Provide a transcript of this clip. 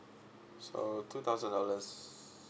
so two thousand dollars